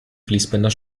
fließbänder